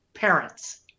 parents